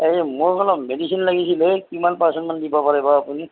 এই মোক অলপ মেডিচিন লাগিছিলে কিমান পাৰচেণ্ট বা দিবা পাৰিব আপুনি